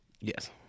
Yes